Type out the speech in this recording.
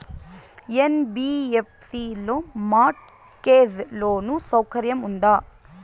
NBFC లో mortgage loan సౌకర్యం ఉందా?